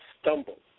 stumbled